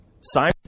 Simon